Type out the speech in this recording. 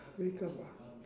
wake up